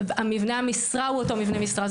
מבנה המשרה הוא אותו מבנה משרה,